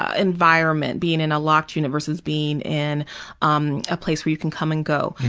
ah environment being in a locked unit versus being in um a place where you can come and go.